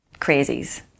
crazies